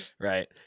Right